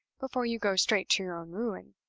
before you go straight to your own ruin?